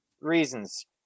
reasons